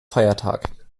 feiertag